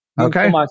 Okay